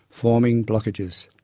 forming blockages.